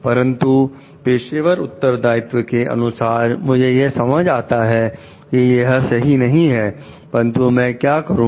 परंतु पेशेवर उत्तरदायित्व के अनुसार मुझे यह समझ आता है कि यह सही नहीं है परंतु मैं क्या करूं